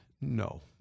No